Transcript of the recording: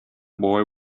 boy